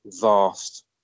vast